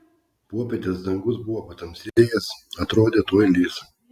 popietės dangus buvo patamsėjęs atrodė tuoj lis